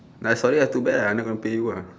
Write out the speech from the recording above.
nay sorry lah too bad lah I never pay you ah